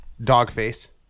Dogface